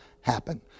happen